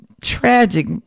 tragic